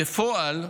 בפועל,